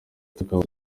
tukaba